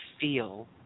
feel